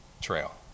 trail